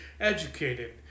educated